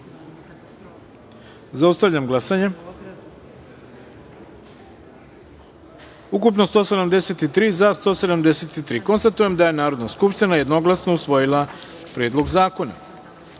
taster. Zaustavljam glasanje: ukupno – 173, za – 173.Konstatujem da je Narodna skupština jednoglasno usvojila Predlog zakona. Sedma